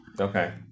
okay